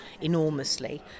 enormously